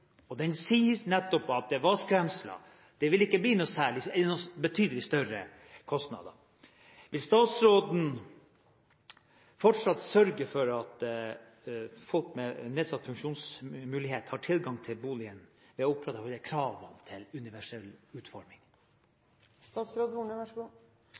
og sier at det nettopp var skremsler. Det vil ikke bli betydelig større kostnader. Vil statsråden fortsatt sørge for at folk med nedsatt funksjonsevne har tilgang til boliger? Vi er opptatt av kravene til universell